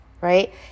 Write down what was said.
right